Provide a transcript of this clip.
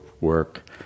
work